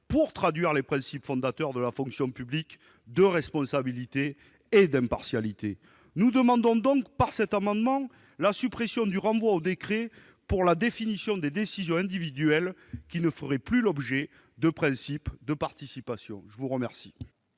pour traduire les principes fondateurs de la fonction publique de responsabilité et d'impartialité. Nous demandons par cet amendement la suppression du renvoi au décret pour la définition des décisions individuelles qui ne relèveraient plus du principe de participation. Quel